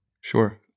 Sure